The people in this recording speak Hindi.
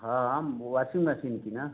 हाँ हाँ वासिंग मसीन की ना